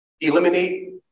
eliminate